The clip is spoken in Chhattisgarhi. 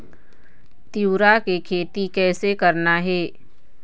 तिऊरा के खेती कइसे करना हे?